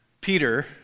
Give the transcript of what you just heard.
Peter